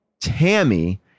Tammy